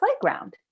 playground